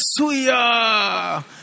suya